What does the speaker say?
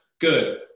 good